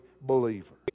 believer